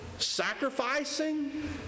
Sacrificing